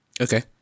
Okay